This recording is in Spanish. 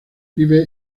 vive